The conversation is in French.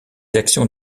actions